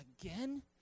again